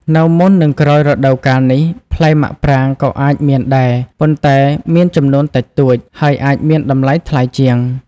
នៅមុន និងក្រោយរដូវកាលនេះ ផ្លែមាក់ប្រាងក៏អាចមានដែរ ប៉ុន្តែមានចំនួនតិចតួច ហើយអាចមានតម្លៃថ្លៃជាង។